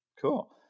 Cool